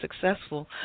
successful